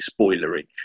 spoilerage